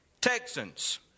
Texans